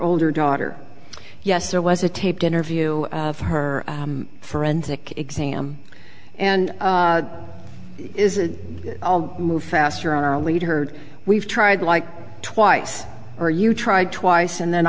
older daughter yes there was a taped interview for her forensic exam and is a move faster on our lead herd we've tried like twice or you tried twice and then